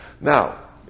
Now